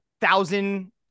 thousand